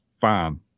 fine